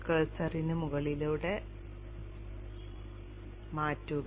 കഴ്സറിന് മുകളിലൂടെ മാറ്റുക